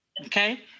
Okay